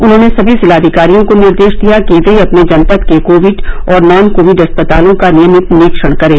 उन्होंने सभी जिलाधिकारियों को निर्देश दिया कि वे अपने जनपद के कोविड और नॉन कोविड अस्पतालों का नियमित निरीक्षण करें